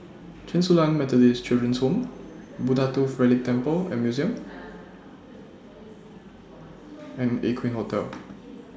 Chen Su Lan Methodist Children's Home Buddha Tooth Relic Temple and Museum and Aqueen Hotel